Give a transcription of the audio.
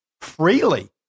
freely